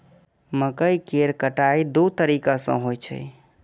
मकइ केर कटाइ दू तरीका सं होइ छै